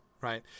right